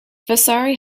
vasari